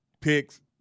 picks